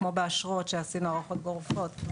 כמו באשרות שעשינו הארכות גורפות.